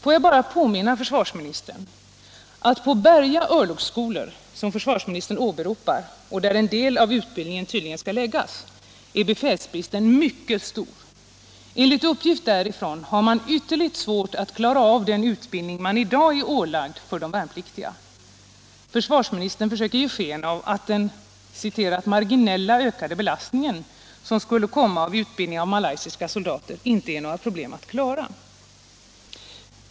Får jag bara påminna försvarsministern att på Berga örlogsskolor, som försvarsministern åberopar, och där en del av utbildningen tydligen skall läggas, är befälsbristen mycket stor. Enligt uppgift därifrån har man ytterligt svårt att klara av den utbildning man i dag är ålagd för de värnpliktiga. Försvarsministern försöker ge sken av att det inte är några problem att klara den ”marginellt ökade belastning” som utbildningen av de malaysiska soldaterna skulle innebära.